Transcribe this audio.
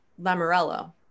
lamorello